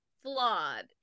flawed